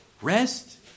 Rest